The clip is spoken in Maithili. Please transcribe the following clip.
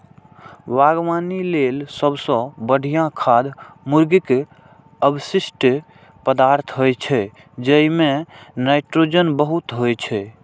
बागवानी लेल सबसं बढ़िया खाद मुर्गीक अवशिष्ट पदार्थ होइ छै, जइमे नाइट्रोजन बहुत होइ छै